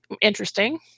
interesting